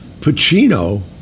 Pacino